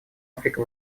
африка